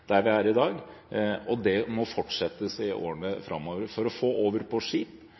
i dag, og dette må fortsette i årene framover. For å få godstransport over på skip